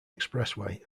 expressway